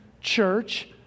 Church